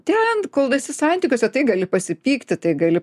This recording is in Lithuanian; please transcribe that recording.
ten kol esi santykiuose tai gali pasipykti tai gali